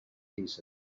thesis